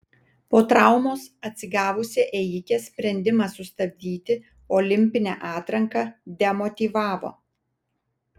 po traumos atsigavusią ėjikę sprendimas sustabdyti olimpinę atranką demotyvavo